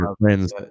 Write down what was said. friends